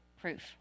proof